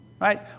Right